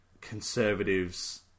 conservatives